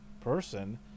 person